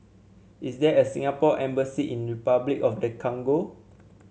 is there a Singapore Embassy in Repuclic of the Congo